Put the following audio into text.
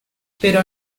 pero